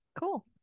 cool